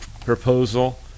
proposal